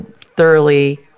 thoroughly